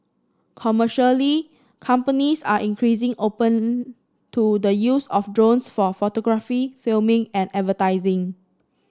commercially companies are increasing open to the use of drones for photography filming and advertising